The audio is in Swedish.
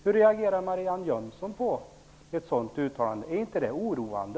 Hur reagerar Marianne Jönsson på ett sådant uttalande? Är inte det oroande?